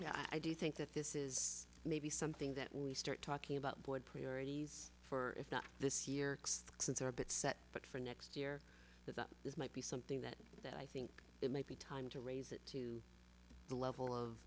yeah i do think that this is maybe something that we start talking about board priorities for if not this year since they're a bit set but for next year that this might be something that that i think it might be time to raise it to the level of